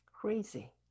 crazy